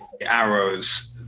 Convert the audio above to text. Arrows